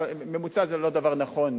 ממוצע זה לא דבר נכון,